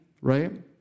right